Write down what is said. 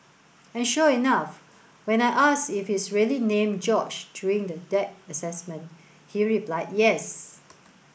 and sure enough when I asked if he's really named George during the deck assessment he replied yes